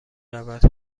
رود